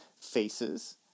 faces